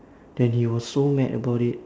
then he was so mad about it